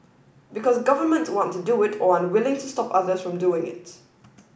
because government want to do it or are unwilling to stop other from doing it